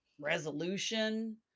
resolution